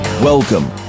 Welcome